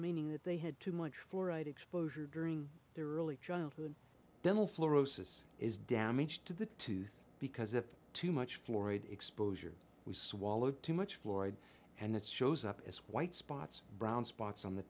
meaning that they had too much florid exposure during their early childhood dental fluorosis is damage to the tooth because it too much florid exposure we swallow too much fluoride and it shows up as white spots brown spots on the